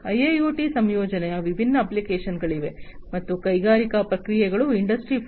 IIoT ಸಂಯೋಜನೆಯ ವಿಭಿನ್ನ application ಗಳಿವೆ ಮತ್ತು ಕೈಗಾರಿಕಾ ಪ್ರಕ್ರಿಯೆಗಳು ಇಂಡಸ್ಟ್ರಿ 4